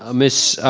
ah ms.